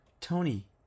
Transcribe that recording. Tony